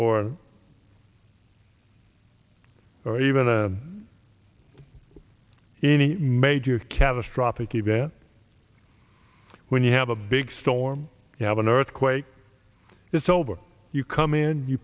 or or even to any major catastrophic event when you have a big storm you have an earthquake it's over you come in you